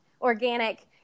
organic